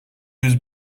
yüz